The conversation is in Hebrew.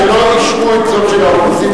ולא אישרו את ההצעה של האופוזיציה.